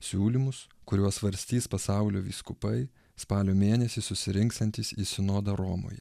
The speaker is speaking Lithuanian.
siūlymus kuriuos svarstys pasaulio vyskupai spalio mėnesį susirinksiantys į sinodą romoj